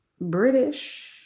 british